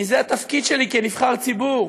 כי זה התפקיד שלי כנבחר ציבור,